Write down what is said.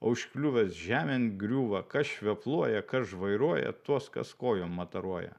o užkliuvęs žemėn griūva kas švepluoja kas žvairuoja tuos kas kojom mataruoja